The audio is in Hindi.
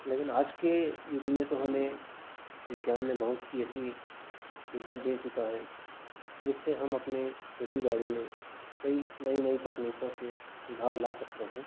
लेकिन आज के युग में तो हमें विज्ञान ने बहुत सी ऐसी चीजें दे चुका है जिससे हम अपने खेती बाड़ी में कई नई नई तकनीकों से उभार ला सकते हैं